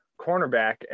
cornerback